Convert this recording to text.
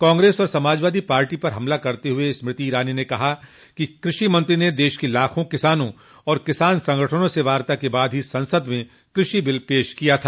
कांग्रेस और समाजवादी पार्टी पर हमला करते हुए स्मृति ईरानी ने कहा कि कृषि मंत्री ने देश के लाखों किसानों और किसान संगठनों से वार्ता के बाद ही संसद में कृषि बिल पेश किया था